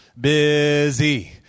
busy